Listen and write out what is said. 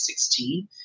2016